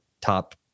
top